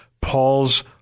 Paul's